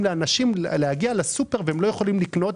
לאנשים להגיע לסופר והם לא יכולים לקנות,